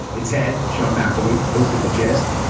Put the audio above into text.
its head sean mcelwee hosted the gist.